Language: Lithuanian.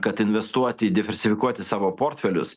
kad investuoti diversifikuoti savo portfelius